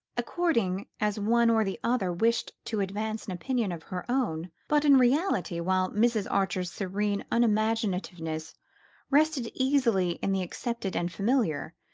according as one or the other wished to advance an opinion of her own but in reality, while mrs. archer's serene unimaginativeness rested easily in the accepted and familiar,